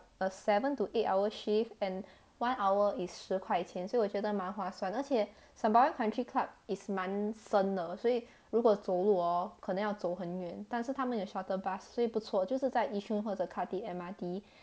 for seven to eight hour shifts and one hour is 十块钱所以我觉得蛮划算而且 sembawang country club is 蛮深的所以如果走路喔可能要走很远但是他们有 shuttle bus 所以不错就是在 yishun 或者 khatib M_R_T